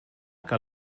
que